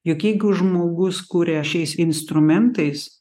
juk jeigu žmogus kuria šiais instrumentais